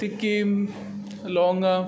तिकी लवंगां